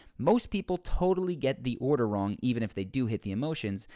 most people totally get the order wrong even if they do hit the emotions,